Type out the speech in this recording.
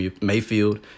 Mayfield